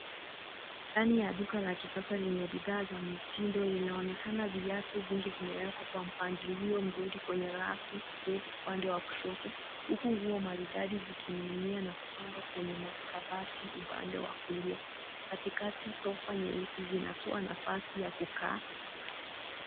Ndani ya duka la kisasa lenye bidhaa za kisasa na mtindo inaonekana viatu vingi vimewekwa kwa mpangilio mzuri kwenye rafu ndefu upande wa kushoto, huku nguo maridadi zikining'inia na kupangwa kwenye kabati upande wa kulia. Katikati sofa nyeusi zinatoa nafasi ya kukaa.